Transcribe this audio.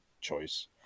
choice